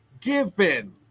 Given